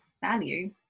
value